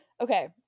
Okay